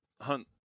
hunt